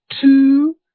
two